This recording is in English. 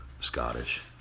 Scottish